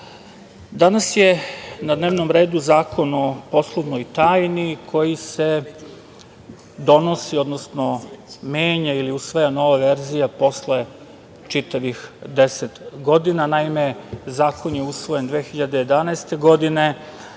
danas je na dnevnom redu Zakon o poslovnoj tajni, koji se donosi, odnosno menja ili usvaja nova verzija posle čitavih 10 godina. Naime, zakon je usvojen 2011. godine,